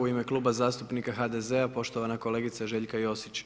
U ime Kluba zastupnika HDZ-a poštovana kolegica Željka Josić.